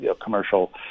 commercial